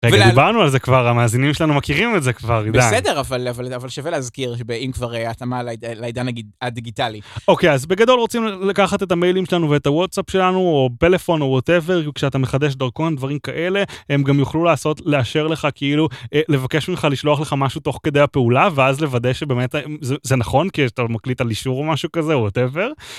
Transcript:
רגע, דיברנו על זה כבר, המאזינים שלנו מכירים את זה כבר, עידן. בסדר, אבל שווה להזכיר שבאם כבר התאמה לעידן הדיגיטלי. אוקיי, אז בגדול רוצים לקחת את המיילים שלנו ואת הוואטסאפ שלנו, או פלאפון או whatever, כי כשאתה מחדש דרכון ודברים כאלה, הם גם יוכלו לעשות, לאשר לך, כאילו, לבקש ממך, לשלוח לך משהו תוך כדי הפעולה, ואז לוודא שבאמת זה נכון, כי אתה מקליט על אישור או משהו כזה, או whatever.